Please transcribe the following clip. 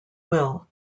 will